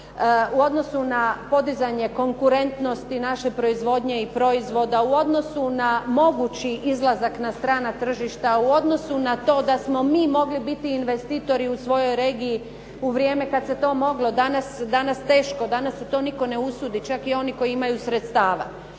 u odnosu na podizanje konkurentnosti naše proizvodnje i proizvoda, u odnosu na mogući izlazak na strana tržišta, u odnosu na to da smo mi mogli biti investitori u svojoj regiji u vrijeme kad se to moglo. Danas teško, danas se to nitko ne usudi, čak i oni koji imaju sredstava.